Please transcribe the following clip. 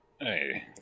Hey